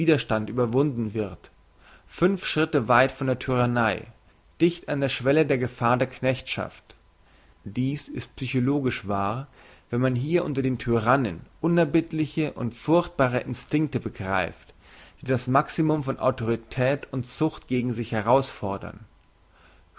widerstand überwunden wird fünf schritt weit von der tyrannei dicht an der schwelle der gefahr der knechtschaft dies ist psychologisch wahr wenn man hier unter den tyrannen unerbittliche und furchtbare instinkte begreift die das maximum von autorität und zucht gegen sich herausfordern